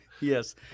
Yes